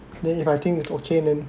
then if I think it's okay then